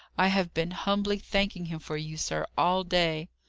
i have been humbly thanking him for you, sir, all day.